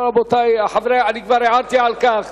רבותי, אני כבר הערתי על כך.